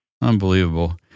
Unbelievable